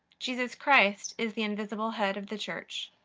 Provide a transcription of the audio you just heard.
jesus christ is the invisible head of the church.